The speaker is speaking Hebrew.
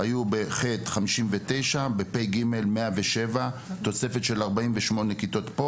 בתשפ״ב היו 59 ובתשפ״ג היו 107. תוספת של 48 כיתות.